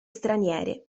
straniere